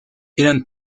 eran